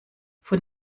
von